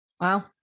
wow